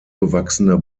gewachsene